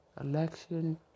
election